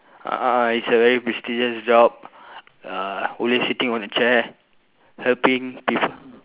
uh it's a very prestigious job uh always sitting on the chair helping people